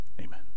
Amen